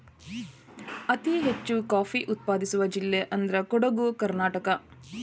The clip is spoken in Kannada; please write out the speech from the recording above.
ಅತಿ ಹೆಚ್ಚು ಕಾಫಿ ಉತ್ಪಾದಿಸುವ ಜಿಲ್ಲೆ ಅಂದ್ರ ಕೊಡುಗು ಕರ್ನಾಟಕ